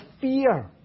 fear